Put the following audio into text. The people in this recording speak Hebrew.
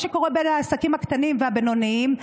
מה שקורה בין העסקים הקטנים והבינוניים,